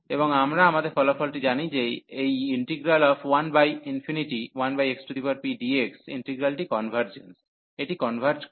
এবং আমরা আমাদের ফলাফলটি জানি যে এই 11xpdx ইন্টটিগ্রালটি কনভার্জেন্স এটি কনভার্জ করে